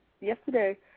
yesterday